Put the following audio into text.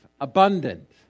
abundant